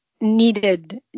needed